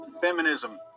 feminism